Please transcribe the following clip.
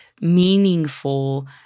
meaningful